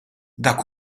dak